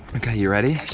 okay, you ready?